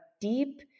deep